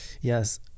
yes